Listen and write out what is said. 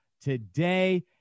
today